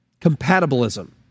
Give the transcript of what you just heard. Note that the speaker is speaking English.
Compatibilism